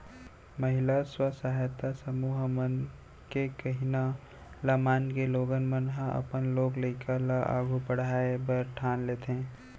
महिला स्व सहायता समूह मन के कहिना ल मानके लोगन मन ह अपन लोग लइका ल आघू पढ़ाय बर ठान लेथें